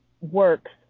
works